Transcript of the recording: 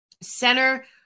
Center